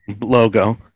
logo